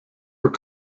were